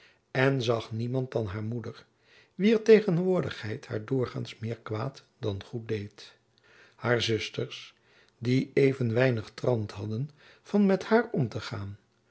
en zag niemand dan haar moeder wier tegenwoordigheid haar doorgaands meer kwaad dan goed deed haar zusters die even weinig trant hadden van met haar om te gaan